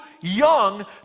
young